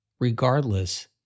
regardless